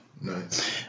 Nice